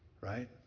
Right